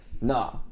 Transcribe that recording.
Nah